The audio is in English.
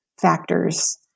factors